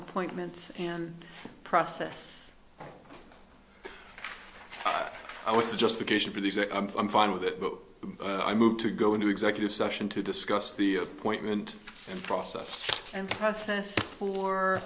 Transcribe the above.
appointments and process i was the justification for this that i'm fine with it but i moved to go into executive session to discuss the appointment and process and process for